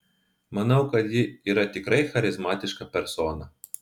manau kad ji yra tikrai charizmatiška persona